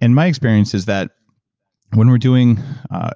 and my experience is that when we were doing